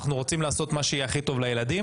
אנחנו רוצים לעשות את מה שיהיה הכי טוב לילדים,